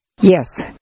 Yes